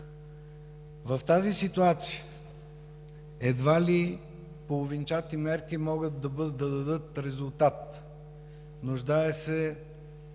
В тази ситуация едва ли половинчати мерки могат да дадат резултат. Нуждаем се